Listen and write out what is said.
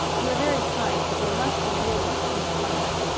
you are very kind, but there must be real work for me somewhere.